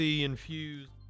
infused